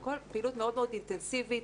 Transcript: וכל פעילות מאוד אינטנסיבית,